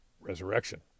resurrection